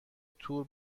تور